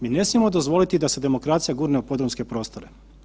Mi ne smijemo dozvoliti da se demokracija gurne u podrumske prostore.